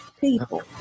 people